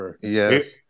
Yes